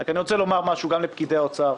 רק אני רוצה לומר משהו גם לפקידי משרד